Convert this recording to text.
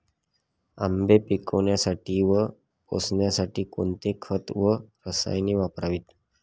आंबे पिकवण्यासाठी व पोसण्यासाठी कोणते खत व रसायने वापरावीत?